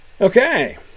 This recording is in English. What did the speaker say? Okay